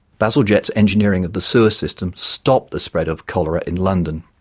bazelgette's engineering of the sewer system stopped the spread of cholera in london.